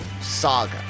saga